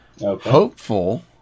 hopeful